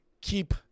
keep